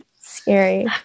Scary